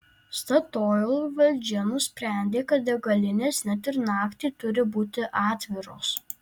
statoil valdžia nusprendė kad degalinės net ir naktį turi būti atviros